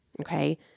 Okay